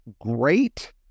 great